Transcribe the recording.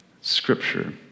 scripture